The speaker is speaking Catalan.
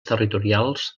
territorials